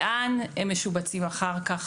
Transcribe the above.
לאן הם משובצים אחר כך,